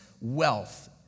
wealth